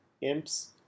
imps